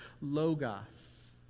logos